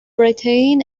britain